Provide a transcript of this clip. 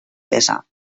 pesa